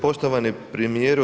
Poštovani premijeru.